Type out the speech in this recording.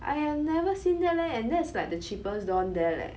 I have never seen that leh and that's like the cheapest don there leh